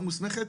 לא מוסמכת,